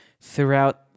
throughout